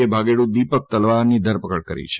એ ભાગેડુ દીપક તલવારની ધરપકડ કરી છે